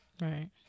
right